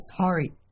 sorry